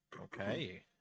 Okay